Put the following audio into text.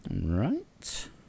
Right